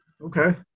Okay